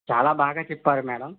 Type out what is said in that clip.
చాలా బాగా చెప్పారు మేడం